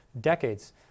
decades